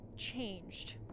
changed